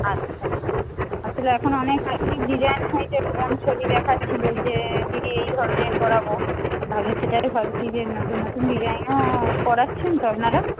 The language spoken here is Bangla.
আচ্ছা আসলে এখন অনেক আধুনিক ডিজাইন হয়েছে বোন ছবি দেখাচ্ছিল যে দিদি এই ধরনের করাব তাহলে সেটাই ভাবছিলাম যে নতুন নতুন ডিজাইনও করাচ্ছেন তো আপনারা